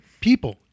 people